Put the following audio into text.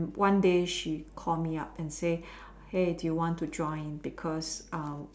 one day she called me up and said hey do you want to join because